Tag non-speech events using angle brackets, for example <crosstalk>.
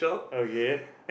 okay <breath>